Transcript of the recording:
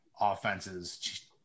offenses